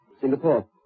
Singapore